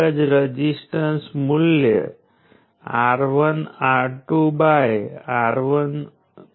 જો હું રઝિસ્ટરની I V લાક્ષણિકતાઓને અને ત્રીજા ક્વોડ્રન્ટમાં આવેલું છે